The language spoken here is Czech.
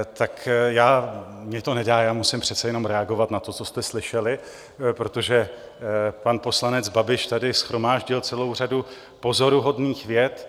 Mně to nedá, já musím přece jenom reagovat na to, co jste slyšeli, protože pan poslanec Babiš tady shromáždil celou řadu pozoruhodných vět.